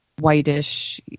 whitish